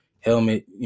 helmet